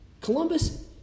Columbus